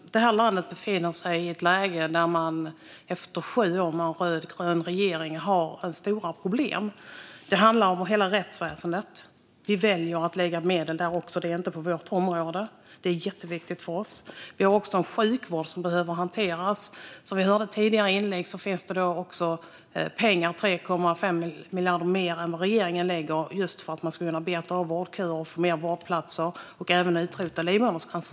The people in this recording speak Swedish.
Fru talman! Det här landet befinner sig i ett läge med stora problem efter sju år med en rödgrön regering. Det handlar om hela rättsväsendet, där vi också väljer att lägga medel. Det är jätteviktigt för oss. Vi har också en sjukvård som behöver hanteras. Som vi hörde i tidigare inlägg finns det också pengar - 3,5 miljarder mer än vad regeringen lägger - just för att man ska kunna beta av vårdköer, få fler vårdplatser och även utrota livmoderhalscancer.